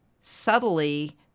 subtly